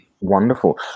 Wonderful